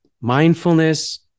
mindfulness